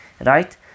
Right